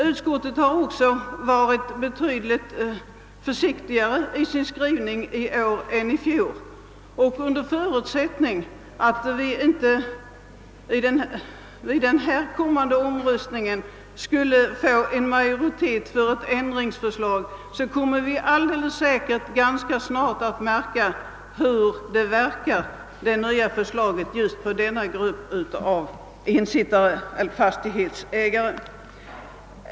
Utskottet har också varit betydligt försiktigare i sin skrivning i år än i fjol och under förutsättning att vi inte vid den kommande omröstningen skulle få en majoritet för ett ändringsförslag, kommer vi alldeles säkert att ganska snart märka hur det nya förslaget verkar för denna grupp av ensittare eller fastighetsägare.